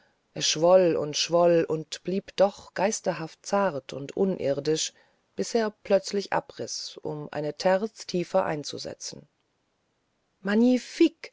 schwoll und schwoll und blieb doch geisterhaft zart und unirdisch bis er plötzlich abriß um eine terz tiefer einzusetzen